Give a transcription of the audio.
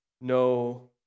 no